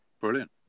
brilliant